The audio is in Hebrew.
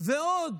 שמעון